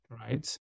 Right